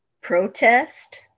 protest